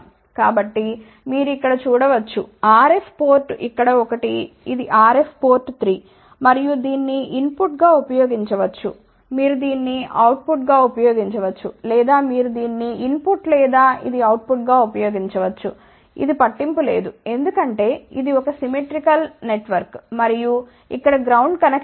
కాబట్టి మీరు ఇక్కడ చూడ వచ్చు RF పోర్ట్ ఇక్కడ ఒకటి ఇది RF పోర్ట్ 3 మీరు దీన్ని ఇన్పుట్గా ఉపయోగించవచ్చు మీరు దీన్ని అవుట్పుట్గా ఉపయోగించవచ్చు లేదా మీరు దీన్ని ఇన్ పుట్ లేదా ఇది అవుట్పుట్గా ఉపయోగించవచ్చు ఇది పట్టింపు లేదు ఎందుకంటే ఇది ఒక సిమ్మెట్రీకల్ నెట్ వర్క్ మరియు ఇక్కడ గ్రౌండ్ కనెక్షన్ ఉంది